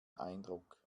eindruck